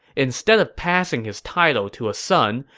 instead of passing his title to a son,